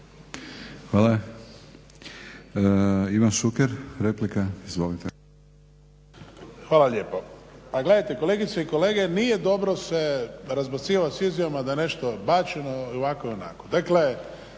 Hvala. Ivan Šuker replika, izvolite. **Šuker, Ivan (HDZ)** Hvala lijepo. Pa gledajte kolegice i kolege nije dobro se razbacivati sa izjavama da je nešto bačeno ovako ili onako.